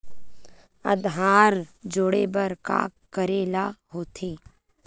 आधार जोड़े बर का करे ला होथे?